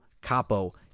Capo